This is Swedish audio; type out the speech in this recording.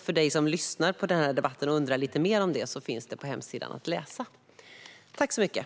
För dig som lyssnar på denna debatt och vill veta lite mer om detta finns det att läsa på hemsidan.